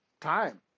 time